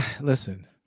Listen